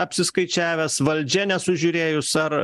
apsiskaičiavęs valdžia nesužiūrėjus ar